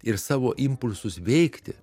ir savo impulsus veikti